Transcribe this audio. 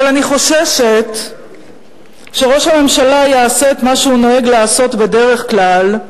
אבל אני חוששת שראש הממשלה יעשה את מה שהוא נוהג לעשות בדרך כלל,